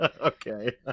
Okay